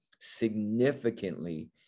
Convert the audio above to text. significantly